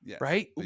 right